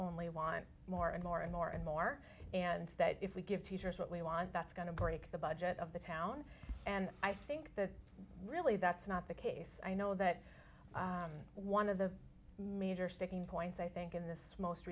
only want more and more and more and more and that if we give teachers what we want that's going to break the budget of the town and i think the really that's not the case i know that one of the major sticking points i think in this most